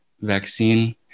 vaccine